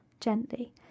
gently